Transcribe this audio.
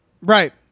Right